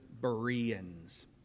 Bereans